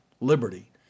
liberty